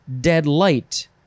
deadlight